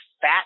fat